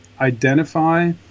identify